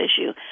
issue